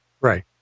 Right